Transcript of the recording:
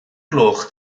gloch